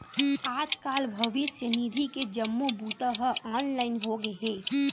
आजकाल भविस्य निधि के जम्मो बूता ह ऑनलाईन होगे हे